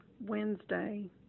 Wednesday